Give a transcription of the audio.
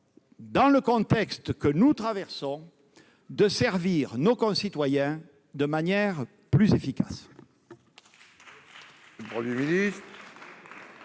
dans le contexte que nous connaissons, de servir nos concitoyens de manière plus efficace.